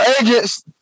agents